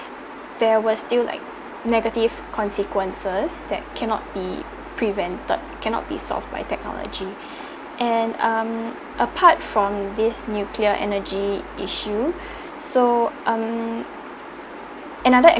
there was still like negative consequences that cannot be prevented cannot be solved by technology and um apart from this nuclear energy issue so um another